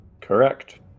Correct